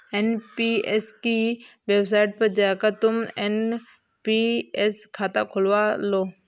NPS की website पर जाकर तुम एन.पी.एस खाता खुलवा लो